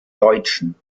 deutschen